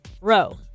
row